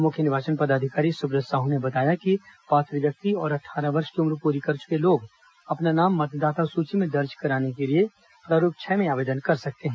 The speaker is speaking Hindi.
मुख्य निर्वाचन पदाधिकारी सुब्रत साहू ने बताया कि पात्र व्यक्ति और अट्ठारह वर्ष की उम्र पूरी कर चुके लोग अपना नाम मतदाता सूची में दर्ज कराने के लिए प्रारूप छह में आवेदन कर सकते हैं